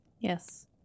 Yes